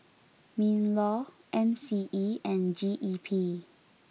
Minlaw M C E and G E P